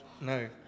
No